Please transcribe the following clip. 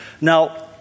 Now